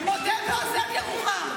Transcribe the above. מודה ועוזב, ירוחם.